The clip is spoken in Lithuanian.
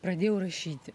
pradėjau rašyti